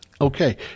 Okay